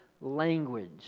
language